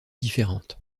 différentes